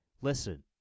Listen